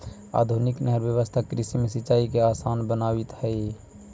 आधुनिक नहर व्यवस्था कृषि में सिंचाई के आसान बनावित हइ